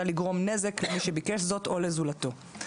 לגרום נזק למי שביקש זאת או לזולתו.